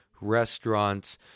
restaurants